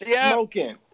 smoking